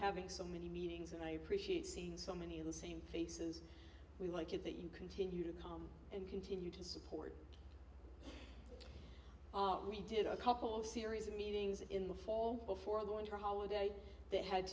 having so many meetings and i appreciate seeing so many of the same faces we like it that you continue to come and continue to support our we did a couple of series of meetings in the fall before going to holiday that had